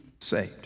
saved